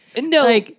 No